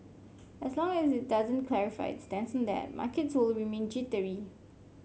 as long as it doesn't clarify its stance that markets will remain jittery